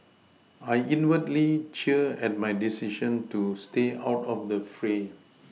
I inwardly cheer at my decision to stay out of the fray